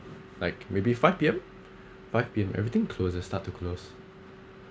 like maybe five P_M five P_M everything closes start to close